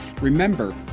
Remember